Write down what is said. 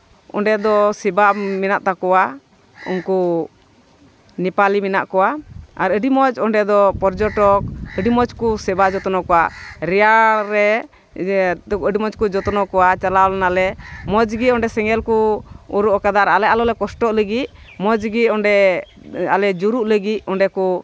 ᱚᱸᱰᱮ ᱫᱚ ᱥᱮᱵᱟ ᱢᱮᱱᱟᱜ ᱛᱟᱠᱚᱣᱟ ᱩᱱᱠᱩ ᱱᱮᱯᱟᱞᱤ ᱢᱮᱱᱟᱜ ᱠᱚᱣᱟ ᱟᱨ ᱚᱸᱰᱮ ᱫᱚ ᱟᱹᱰᱤ ᱢᱚᱡᱽ ᱯᱚᱨᱡᱚᱴᱚᱠ ᱟᱹᱰᱤ ᱢᱚᱡᱽ ᱠᱚ ᱥᱮᱵᱟ ᱡᱚᱛᱱᱚ ᱠᱚᱣᱟ ᱨᱮᱭᱟᱲ ᱨᱮ ᱡᱮ ᱛᱚ ᱟᱹᱰᱤ ᱢᱚᱡᱽ ᱠᱚ ᱡᱚᱛᱱᱚ ᱠᱚᱣᱟ ᱪᱟᱞᱟᱣ ᱞᱮᱱᱟᱞᱮ ᱢᱚᱡᱽ ᱜᱮ ᱚᱸᱰᱮ ᱥᱮᱸᱜᱮᱞ ᱠᱚ ᱳᱨᱚᱜ ᱟᱠᱟᱫᱟ ᱟᱨ ᱟᱞᱮ ᱟᱞᱚ ᱞᱮ ᱠᱚᱥᱴᱚᱜ ᱞᱟᱹᱜᱤᱫ ᱢᱚᱡᱽ ᱜᱮ ᱚᱸᱰᱮ ᱟᱞᱮ ᱡᱩᱨᱩᱜ ᱞᱟᱹᱜᱤᱫ ᱚᱸᱰᱮ ᱠᱚ